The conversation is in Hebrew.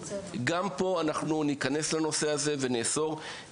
גם פה אנחנו ניכנס לנושא הזה ונאסור.